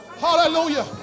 Hallelujah